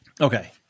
Okay